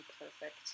perfect